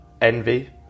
envy